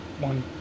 one